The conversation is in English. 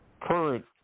current